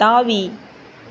தாவி